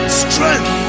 strength